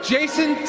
Jason